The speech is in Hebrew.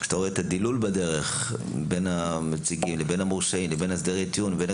כשאתה רואה את הדילול בדרך בין המורשעים לבין הסדרי הטיעון לבין